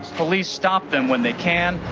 police stop them when they can,